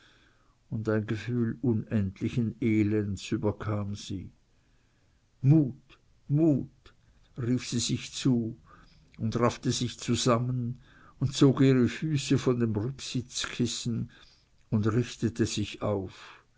und ein gefühl unendlichen elends überkam sie mut mut rief sie sich zu und raffte sich zusammen und zog ihre füße von dem rücksitzkissen und richtete sich auf